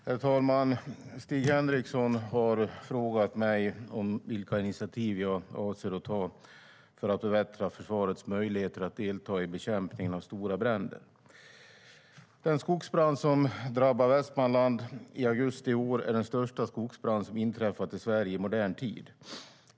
Den skogsbrand som drabbade Västmanlands län i augusti i år är den största skogsbrand som inträffat i Sverige i modern tid.